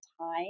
time